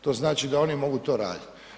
To znači da oni mogu to raditi.